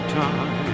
time